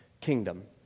kingdom